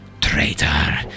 Traitor